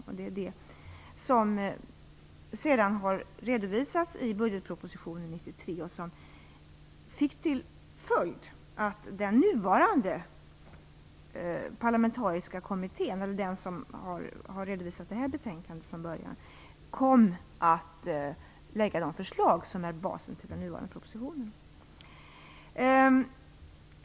Detta redovisades sedan i budgetpropositionen 1993 och fick till följd att den parlamentariska kommittén, som redovisade detta betänkande från början, kom att lägga fram de förslag som är basen till den nuvarande propositionen.